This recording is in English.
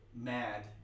mad